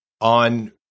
on